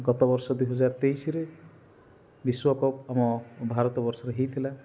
ଗତ ବର୍ଷ ଦୁଇ ହଜାର ତେଇଶିରେ ବିଶ୍ଵ କପ୍ ଆମ ଭାରତ ବର୍ଷରେ ହେଇଥିଲା